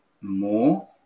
more